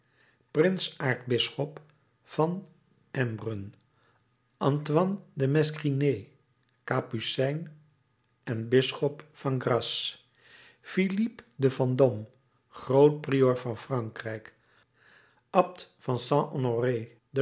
genlis prins aartsbisschop van embrun antoine de mesgrigny kapucijn en bisschop van grasse philippe de vendôme groot prior van frankrijk abt van